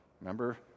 Remember